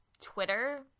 Twitter